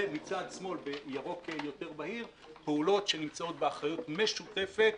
ומצד שמאל בירוק יותר בהיר פעולות שנמצאות באחריות משותפת.